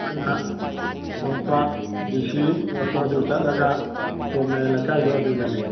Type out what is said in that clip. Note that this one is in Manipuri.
ꯑꯩꯅ ꯄꯣꯔꯣꯝꯄꯥꯠ ꯗꯤ ꯁꯤ ꯔꯣꯠꯇꯣ ꯑꯗꯨ ꯆꯠꯂꯒ ꯇꯣꯞ ꯃꯌꯥꯏ ꯂꯩꯀꯥꯏꯗꯣ ꯑꯗꯨꯗꯅꯦ